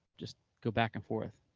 just go back and forth.